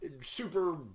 super